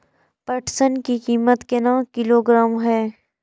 पटसन की कीमत केना किलोग्राम हय?